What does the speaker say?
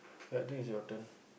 ya I think is your turn